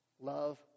love